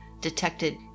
detected